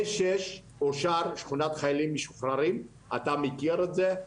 A6 אושרה, שכונת חיילים משוחררים, אתה מכיר את זה,